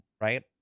right